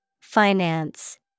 Finance